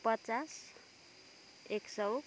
पचास एक सौ